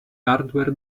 hardware